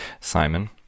Simon